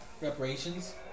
reparations